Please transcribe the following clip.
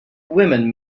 women